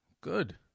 Good